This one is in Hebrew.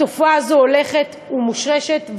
התופעה הזאת הולכת ומושרשת,